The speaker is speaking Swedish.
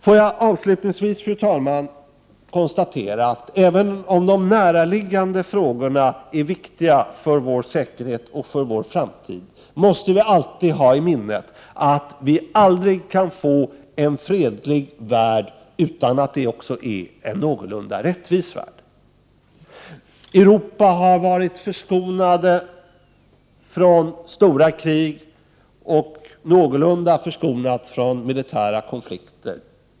Får jag avslutningsvis, fru talman, konstatera att även om de näraliggande frågorna är viktiga för vår säkerhet och för vår framtid måste vi alltid ha i minnet att vi aldrig kan få en fredlig värld utan att det också är en någorlunda rättvis värld. Europa har varit förskonat från stora krig och någorlunda förskonat från militära konflikter.